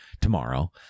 tomorrow